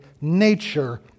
nature